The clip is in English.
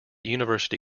university